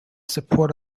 support